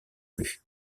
plus